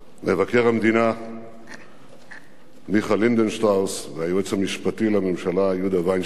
מבקר המדינה מיכה לינדנשטראוס והיועץ המשפטי לממשלה יהודה וינשטיין,